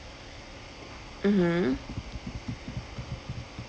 mmhmm